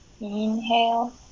Inhale